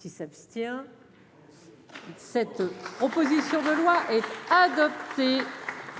Qui s'abstient cette proposition de loi est adopté.